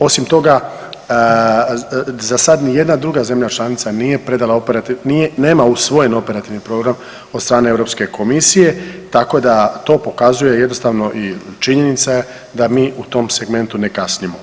Osim toga za sad ni jedna druga zemlja članica nije predala, nema usvojen operativni program od strane Europske komisije tako da to pokazuje jednostavno i činjenica je da mi u tom segmentu ne kasnimo.